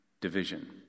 division